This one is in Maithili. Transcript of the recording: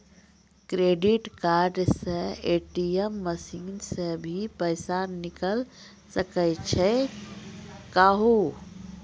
क्रेडिट कार्ड से ए.टी.एम मसीन से भी पैसा निकल सकै छि का हो?